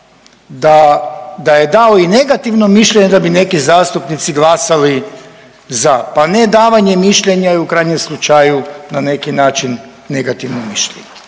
da je dao i negativno mišljenje da bi neki zastupnici glasali za, pa nedavanje mišljenja je u krajnjem slučaju na neki način negativno mišljenje,